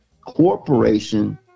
Corporation